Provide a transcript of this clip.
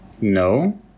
no